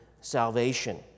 salvation